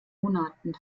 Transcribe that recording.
monaten